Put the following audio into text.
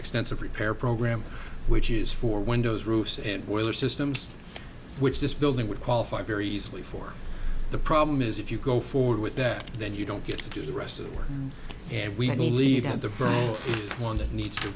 expensive repair program which is for windows roofs and boiler systems which this building would qualify very easily for the problem is if you go forward with that then you don't get to do the rest of the work and we don't leave had the right one that needs to